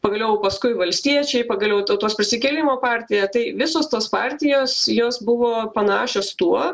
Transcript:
pagaliau paskui valstiečiai pagaliau tautos prisikėlimo partija tai visos tos partijos jos buvo panašios tuo